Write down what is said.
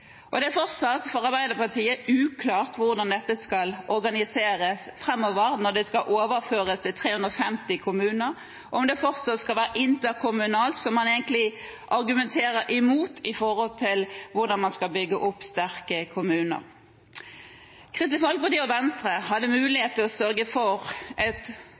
omsorgssvikt. Det er fortsatt uklart for Arbeiderpartiet hvordan dette skal organiseres framover når det skal overføres til 350 kommuner – om det fortsatt skal være interkommunalt, noe man egentlig argumenterer imot når det gjelder hvordan man skal bygge opp sterke kommuner. Kristelig Folkeparti og Venstre hadde hatt mulighet for å sørge for et